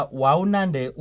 waunande